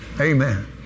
Amen